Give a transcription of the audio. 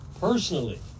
personally